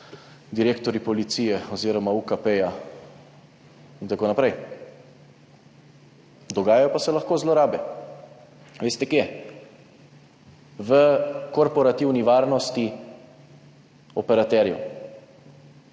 direktorji policije oziroma UKP in tako naprej. Lahko pa se dogajajo zlorabe. A veste kje? V korporativni varnosti operaterjev.